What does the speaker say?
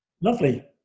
Lovely